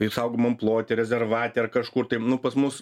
tai saugomam plote rezervate ar kažkur tai nu pas mus